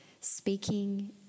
speaking